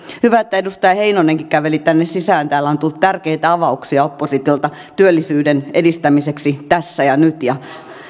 hyvä että edustaja heinonenkin käveli tänne sisään täällä on tullut tärkeitä avauksia oppositiolta työllisyyden edistämiseksi tässä ja nyt ja